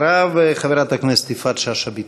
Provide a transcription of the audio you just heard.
אחריו, חברת הכנסת יפעת שאשא ביטון.